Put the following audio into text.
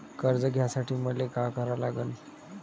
कर्ज घ्यासाठी मले का करा लागन?